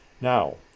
now